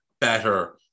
better